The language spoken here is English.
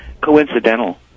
coincidental